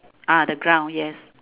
ah the ground yes